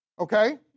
Okay